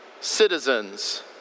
Citizens